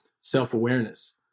self-awareness